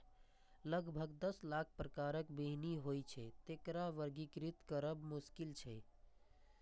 लगभग दस लाख प्रकारक बीहनि होइ छै, तें एकरा वर्गीकृत करब मोश्किल छै